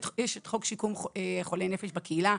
יש את חוק שיקום חולי נפש בקהילה,